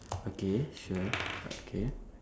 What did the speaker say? okay sure but okay